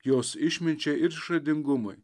jos išminčiai ir išradingumui